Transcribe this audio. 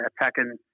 attacking